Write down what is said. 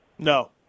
No